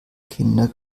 kinder